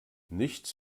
nichts